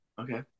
okay